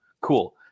Cool